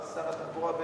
אבל שר התחבורה,